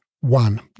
One